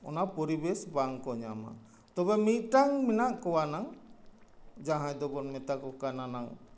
ᱚᱱᱟ ᱯᱚᱨᱤᱵᱮᱥ ᱵᱟᱝᱼᱠᱚ ᱧᱟᱢᱟ ᱛᱚᱵᱮ ᱢᱤᱫᱴᱟᱝ ᱢᱮᱱᱟᱜ ᱠᱚᱣᱟ ᱱᱟᱝ ᱡᱟᱦᱟᱸᱭ ᱫᱚᱵᱚᱱ ᱢᱮᱛᱟᱠᱚ ᱠᱟᱱᱟ ᱱᱟᱝ